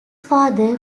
father